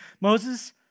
Moses